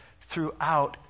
throughout